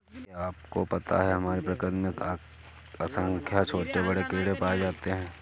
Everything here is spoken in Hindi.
क्या आपको पता है हमारी प्रकृति में असंख्य छोटे बड़े कीड़े पाए जाते हैं?